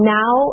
now